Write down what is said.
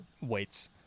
weights